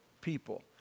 people